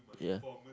ya